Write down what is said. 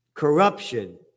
Corruption